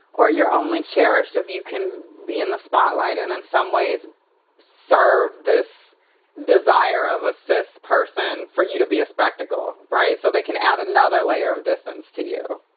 or you're only cherished if you can be in the spotlight and in some ways serve this desire of a cis person for you to be a spectacle, right, so they can add another layer of distance to you.